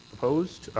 opposed?